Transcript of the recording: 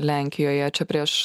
lenkijoje čia prieš